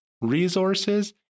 resources